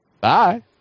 Bye